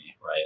right